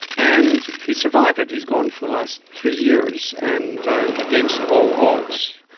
and he survived it. he's gone for the last three years and against all odds.